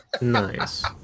Nice